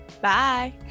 Bye